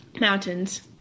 Mountains